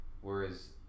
Whereas